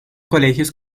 colegios